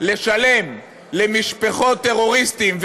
לשלם למשפחות טרוריסטים,